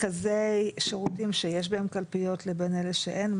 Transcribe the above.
המרכזי שירותים שיש בהם קלפיות לבין אלה שאין,